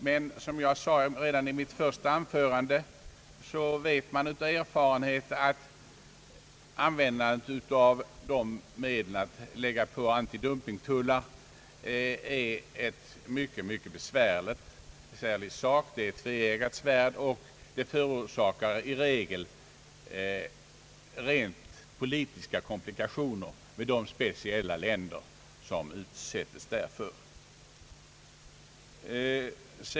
Men som jag sade redan i mitt första anförande vet man av erfarenhet att användandet av antidumpingtullar är ett tveeggat svärd och i regel förorsakar rent politiska komplikationer gentemot de speciella länder som utsätts därför.